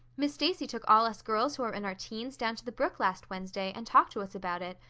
miss stacy took all us girls who are in our teens down to the brook last wednesday, and talked to us about it.